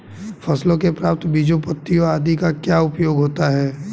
फसलों से प्राप्त बीजों पत्तियों आदि का क्या उपयोग होता है?